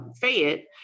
Fayette